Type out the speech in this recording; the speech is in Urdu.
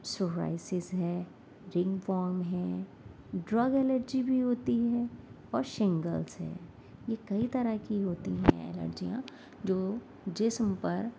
سووائسز ہے رنگ وام ہیں ڈرگ الرجی بھی ہوتی ہے اور شنگلس ہیں یہ کئی طرح کی ہوتی ہیں الرجیاں جو جسم پر